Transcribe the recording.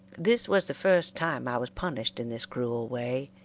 this was the first time i was punished in this cruel way,